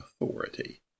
authority